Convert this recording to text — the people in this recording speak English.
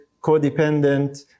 codependent